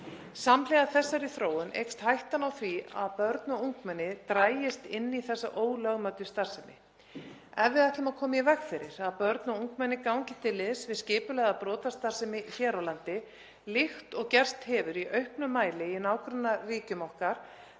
Samhliða þessari þróun eykst hættan á því að börn og ungmenni dragist inn í þessa ólögmætu starfsemi. Ef við ætlum að koma í veg fyrir að börn og ungmenni gangi til liðs við skipulagða brotastarfsemi hér á landi líkt og gerst hefur í auknum mæli í nágrannaríkjum okkar